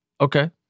Okay